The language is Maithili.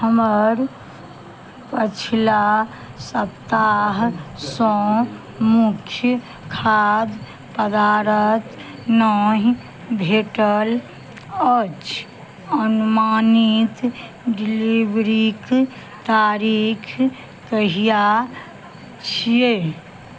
हमर पछिला सप्ताहसँ मुख्य खाद्य पदारत नहि भेटल अछि अनुमानित डिलीवरीक तारीख कहिआ छियै